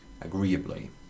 agreeably